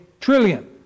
trillion